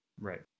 Right